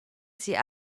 sie